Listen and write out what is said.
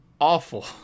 awful